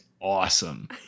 awesome